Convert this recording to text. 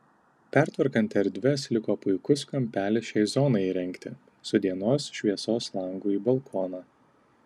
pertvarkant erdves liko puikus kampelis šiai zonai įrengti su dienos šviesos langu į balkoną